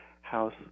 house